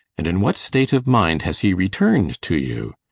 and in what state of mind has he returned to you?